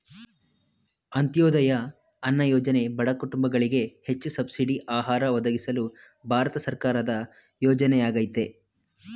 ಅಂತ್ಯೋದಯ ಅನ್ನ ಯೋಜನೆ ಬಡ ಕುಟುಂಬಗಳಿಗೆ ಹೆಚ್ಚು ಸಬ್ಸಿಡಿ ಆಹಾರ ಒದಗಿಸಲು ಭಾರತ ಸರ್ಕಾರದ ಯೋಜನೆಯಾಗಯ್ತೆ